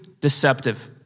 deceptive